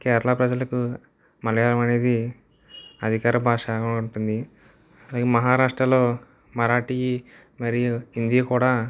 కేరళా ప్రజలకు మలయాళం అనేది అధికార భాషగా ఉంటుంది అలాగే మహారాష్ట్రలో మరాఠీ మరియు హిందీ కూడా